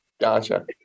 Gotcha